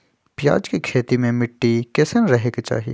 प्याज के खेती मे मिट्टी कैसन रहे के चाही?